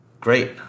great